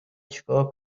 چیکار